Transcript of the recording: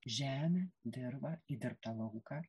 žemę dirvą įdirbtą lauką